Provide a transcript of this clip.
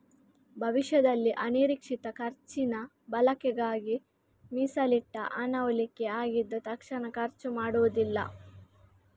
ಭವಿಷ್ಯದಲ್ಲಿ ಅನಿರೀಕ್ಷಿತ ಖರ್ಚಿನ ಬಳಕೆಗಾಗಿ ಮೀಸಲಿಟ್ಟ ಹಣ ಉಳಿಕೆ ಆಗಿದ್ದು ತಕ್ಷಣ ಖರ್ಚು ಮಾಡುದಿಲ್ಲ